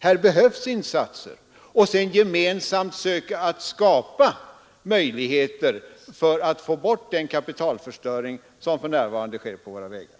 Här behövs insatser, och vi bör gemensamt söka skapa möjligheter att få bort den kapitalförstöring som för närvarande sker på våra vägar.